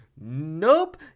Nope